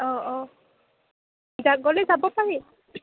অঁ অঁ গ'লে যাব পাৰি